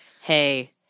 Hey